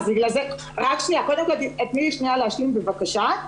רק שנייה, קודם כל תני להשלים בבקשה.